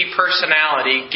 personality